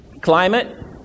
climate